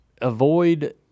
avoid